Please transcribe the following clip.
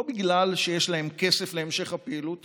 לא בגלל שיש להן כסף להמשך הפעילות